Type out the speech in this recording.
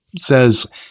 says